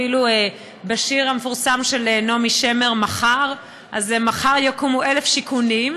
אפילו בשיר המפורסם של נעמי שמר "מחר" זה "מחר יקומו אלף שיכונים".